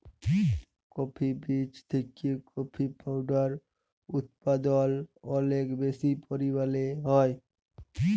coffee বীজ থেকে coffee powder উদপাদল অলেক বেশি পরিমালে হ্যয়